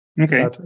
Okay